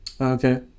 okay